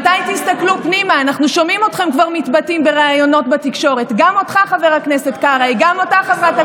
הנושא הזה הוא לא אישי, חברת הכנסת שטרית,